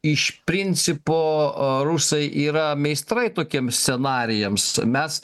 iš principo rusai yra meistrai tokiems scenarijams mes